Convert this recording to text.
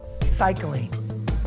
cycling